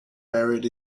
buried